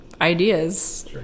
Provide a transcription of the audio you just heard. ideas